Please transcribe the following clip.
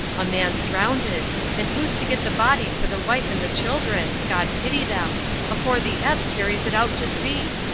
a man's drownded and who's to get the body for the wife and the children god pity them afore the ebb carries it out to sea?